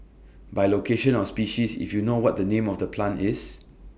by location or species if you know what the name of the plant is